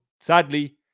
sadly